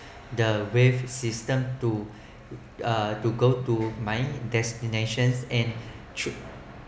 the waze system to uh to go to my destinations and sho~